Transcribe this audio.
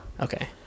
Okay